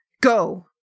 go